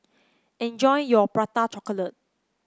enjoy your Prata Chocolate